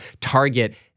target